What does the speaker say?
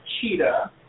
Cheetah